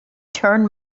turn